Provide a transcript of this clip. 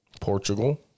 Portugal